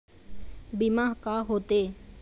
बीमा का होते?